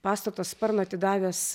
pastato sparno atidavęs